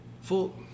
full